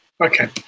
Okay